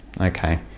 okay